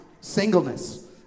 singleness